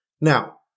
Now